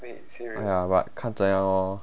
ya but 看怎样咯